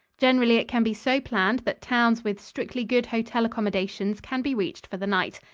generally it can be so planned that towns with strictly good hotel accommodations can be reached for the night.